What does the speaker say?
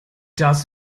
das